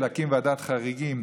להקים ועדת חריגים